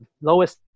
lowest